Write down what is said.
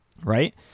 Right